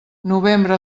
novembre